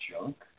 junk